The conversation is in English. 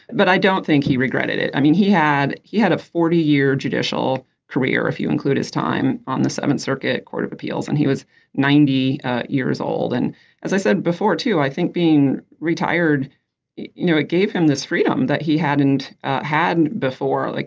but i don't think he regretted it. i mean he had he had a forty year judicial career if you include his time on the seven circuit court of appeals and he was ninety years old and as i said before to i think being retired you know it gave him this freedom that he hadn't had before. like